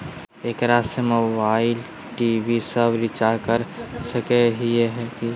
एकरा से mobile TV सब रिचार्ज कर सको हियै की?